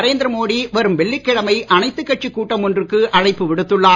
நரேந்திர மோடி வரும் வெள்ளிக்கிழமை அனைத்துக் கட்சி கூட்டம் ஒன்றுக்கு அழைப்பு விடுத்துள்ளார்